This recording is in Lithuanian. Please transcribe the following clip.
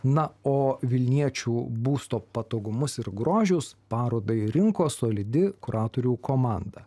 na o vilniečių būsto patogumus ir grožius parodai rinko solidi kuratorių komanda